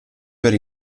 per